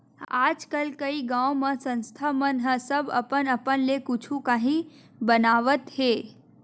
आजकल कइ गाँव म संस्था मन ह सब अपन अपन ले कुछु काही बनावत हे